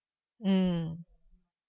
mm